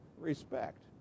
Respect